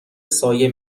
سایه